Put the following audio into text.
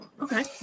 Okay